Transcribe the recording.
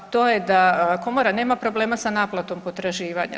To je da Komora nema problema sa naplatom potraživanja.